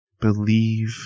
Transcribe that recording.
Believe